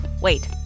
wait